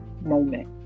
moment